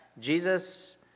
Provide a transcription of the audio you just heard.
Jesus